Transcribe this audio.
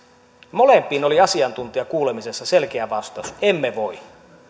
molempiin oli asiantuntijakuulemisissa selkeä vastaus emme voi